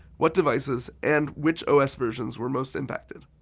what devices, and which os versions were most impacted.